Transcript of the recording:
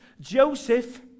Joseph